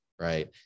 Right